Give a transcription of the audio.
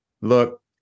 look